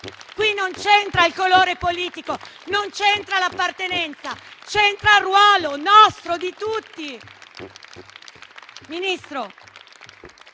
Qui non c'entra il colore politico, non c'entra l'appartenenza; c'entra il nostro ruolo,